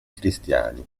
cristiani